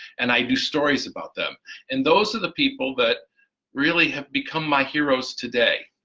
and i do stories about them and those are the people that really have become my heroes today.